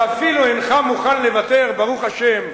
ואפילו אינך מוכן לוותר, ברוך השם,